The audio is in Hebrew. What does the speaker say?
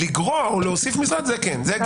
לגרוע או להוסיף משרד, זה כן, זה הגיוני.